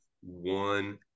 one